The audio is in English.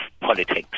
politics